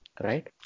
right